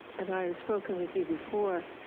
and i have spoken with you before,